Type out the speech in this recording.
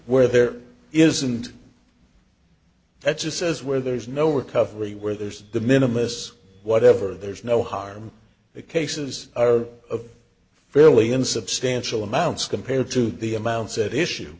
where there isn't that just says where there's no recovery where there's the minimalists whatever there's no harm the cases are fairly in substantial amounts compared to the amounts at issue